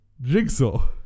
Jigsaw